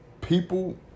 People